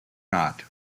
not